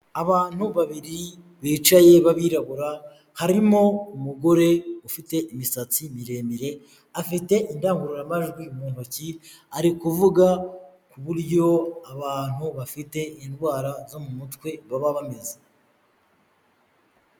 Abantu babiri bicaye b'abirabura, harimo umugore ufite imisatsi miremire, afite indangururamajwi mu ntoki ari kuvuga ku buryo abantu bafite indwara zo mu mutwe baba bameze.